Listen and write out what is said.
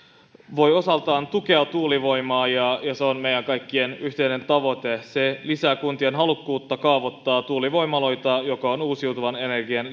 voi osaltaan tukea tuulivoimaa ja se on meidän kaikkien yhteinen tavoite se lisää kuntien halukkuutta kaavoittaa tuulivoimaloita mikä on uusiutuvan energian